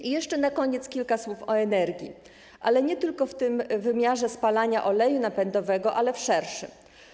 I jeszcze na koniec kilka słów o energii, jednak nie tylko w tym wymiarze spalania oleju napędowego, ale też w szerszym.